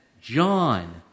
John